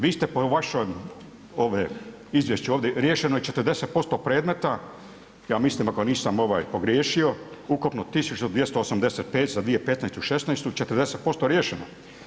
Vi ste po vašem izvješću ovdje, riješeno je 40% predmeta, ja mislim ako nisam ovaj pogriješilo, ukupno 1285, za 2015., 2016. 40% riješeno.